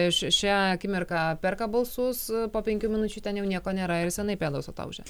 aš šią akimirką perka balsus po penkių minučių ten jau nieko nėra ir senai pėdos ataušusios